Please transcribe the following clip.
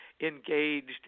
engaged